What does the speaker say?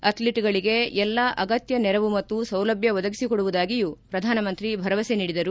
ಅಥ್ಲೀಟ್ಗಳಿಗೆ ಎಲ್ಲಾ ಅಗತ್ಯ ನೆರವು ಮತ್ತು ಸೌಲಭ್ಯ ಒದಗಿಸಿಕೊಡುವುದಾಗಿಯೂ ಪ್ರಧಾನಮಂತ್ರಿ ಭರವಸೆ ನೀಡಿದರು